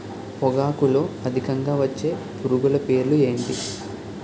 పొగాకులో అధికంగా వచ్చే పురుగుల పేర్లు ఏంటి